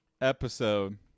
episode